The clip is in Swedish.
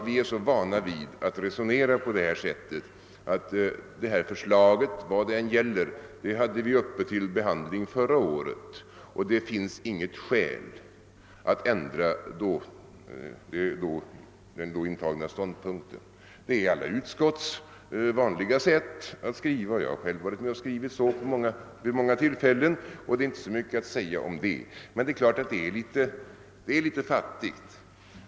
Vi är så vana att resonera på det sättet: Detta förslag — vad det än gäller — hade vi uppe till behandling förra året, och det finns inget skäl att ändra den då intagna ståndpunkten. Det är alla utskotts vanliga sätt att skriva — jag har själv varit med om att göra det vid många tillfällen. Men det är naturligtvis litet fattigt.